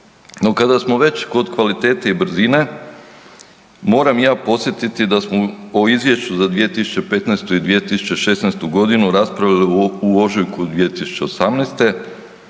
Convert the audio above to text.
kada smo već kod kvalitete i brzine, moram ja podsjetiti da smo po Izvješću za 2015. i 2016. g. raspravljali u ožujku 2018.